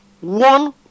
one